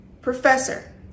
Professor